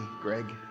Greg